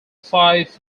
five